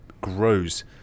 grows